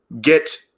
get